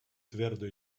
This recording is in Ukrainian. твердо